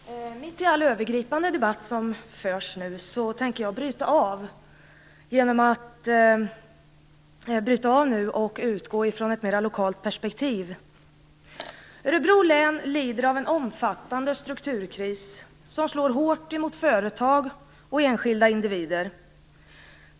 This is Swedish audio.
Herr talman! Mitt uppe i den övergripande debatt som nu förs tänkte jag bryta av och utgå från ett mera lokalt perspektiv. Örebro län lider av en omfattande strukturkris som slår hårt mot företag och enskilda individer.